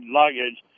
luggage